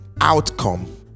outcome